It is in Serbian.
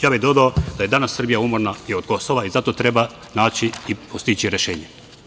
Ja bih dodao da je danas Srbija umorna i od Kosova i zato treba naći i postići rešenje.